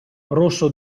rosso